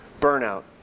burnout